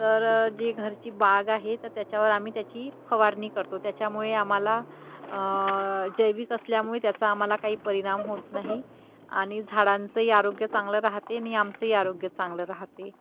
तर जे घरची बाग आहे तर त्याच्यावर आम्ही त्याची फवारणी करतो त्याच्यामुळे आम्हाला जैविक असल्यामुळे त्याचा आम्हाला काही परिणाम होत नाही आणि झाडांचंही आरोग्य चांगलं राहते आणि आमचंही आरोग्य चांगलं राहते